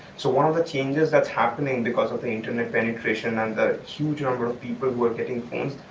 so one of the changes that's happening because of the internet penetration and the huge number of people who are getting phones,